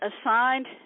assigned